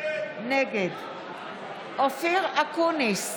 נגד אופיר אקוניס,